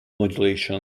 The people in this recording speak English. modulation